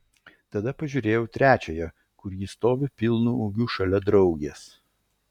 tada pažiūrėjau trečiąją kur ji stovi pilnu ūgiu šalia draugės